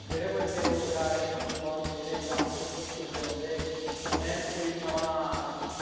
जेह्ड़े कोई बेरोज़गार युवा होंदे जेह्ड़े जागत इद्धर उद्धर फिरदे रौंह्दे उ'नें कोई नमां